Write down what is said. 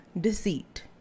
deceit